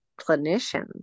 clinicians